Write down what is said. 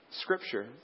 scripture